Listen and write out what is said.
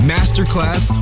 Masterclass